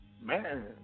Man